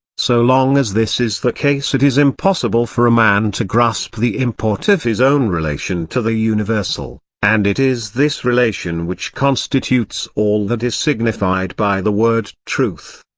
so long as this is the case it is impossible for a man to grasp the import of his own relation to the universal, and it is this relation which constitutes all that is signified by the word truth.